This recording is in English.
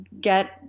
get